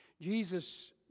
Jesus